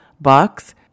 Box